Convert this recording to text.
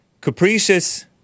Capricious